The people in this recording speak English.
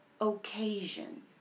occasion